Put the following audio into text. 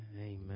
amen